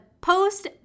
post